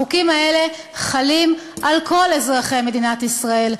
החוקים האלה חלים על כל אזרחי מדינת ישראל,